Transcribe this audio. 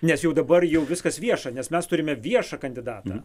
nes jau dabar jau viskas vieša nes mes turime viešą kandidatą